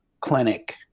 clinic